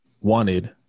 wanted